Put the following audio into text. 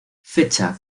fecha